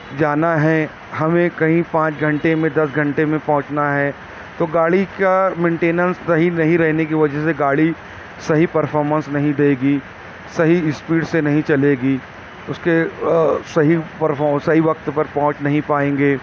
جانا ہے ہمیں کہیں پانچ گھنٹے میں دس گھنٹے میں پہنچنا ہے تو گاڑی کا مینٹننس صحیح نہیں رہنے کی وجہ سے گاڑی صحیح پرفارمنس نہیں دے گی صحیح اسپیڈ سے نہیں چلے گی اس کے پرفام صحیح وقت پر پہنچ نہیں پائیں گے